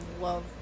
love